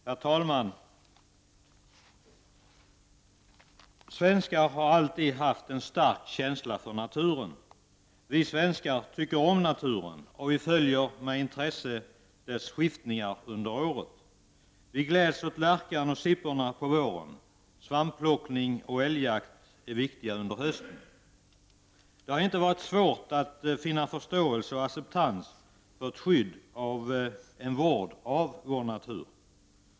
Herr talman! Svenskar har alltid haft en stark känsla för natur. Vi svenskar tycker om naturen, och vi följer med intresse dess skiftningar under året. Vi gläds åt lärkan och sipporna på våren. Svampplockning och älgjakt är viktiga under hösten. Det har inte varit svårt att vinna förståelse och få acceptans för ett skydd och en vård av vår natur.